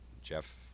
Jeff